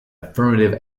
affirmative